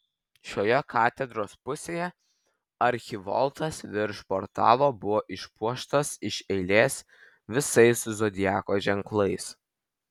šioje katedros pusėje archivoltas virš portalo buvo išpuoštas iš eilės visais zodiako ženklais